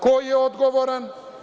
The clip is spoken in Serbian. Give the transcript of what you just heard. Ko je odgovoran?